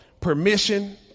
Permission